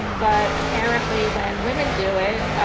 but apparently when women do it,